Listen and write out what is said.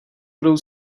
budou